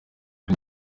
ari